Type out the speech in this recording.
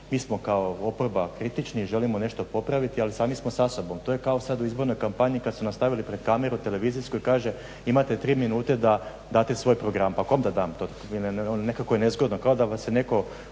mi smo kao oporba kritični i želimo nešto popraviti ali sami smo sa sobom. To je kao sada u izbornoj kampanji kada su nas stavili pred kameru televizijsku i kaže imate 3minute da date svoj program. Pa kom da dam? Nekako je nezgodno kao da vas ne netko